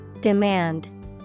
Demand